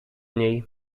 niej